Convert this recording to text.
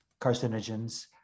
carcinogens